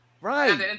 right